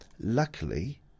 luckily